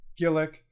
Gillick